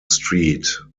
street